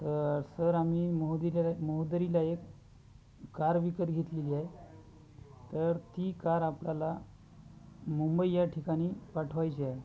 तर सर आम्ही मोहदरी मोहदरीला एक कार विकत घेतलेली आहे तर ती कार आपल्याला मुंबई या ठिकाणी पाठवायची आहे